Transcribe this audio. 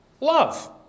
love